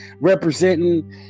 representing